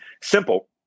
simple